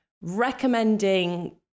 recommending